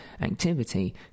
activity